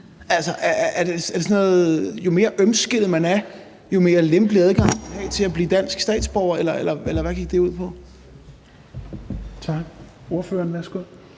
jo mere ømskindet man er, jo mere lempelig adgang skal man have til at blive dansk statsborger, eller hvad gik det ud på? Kl. 20:19 Tredje